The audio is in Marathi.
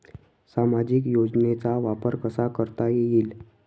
सामाजिक योजनेचा वापर कसा करता येईल?